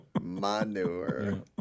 Manure